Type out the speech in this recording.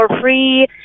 free